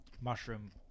mushroom